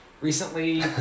recently